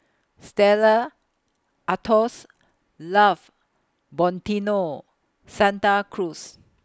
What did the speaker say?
Stella Artois Love Santa Cruz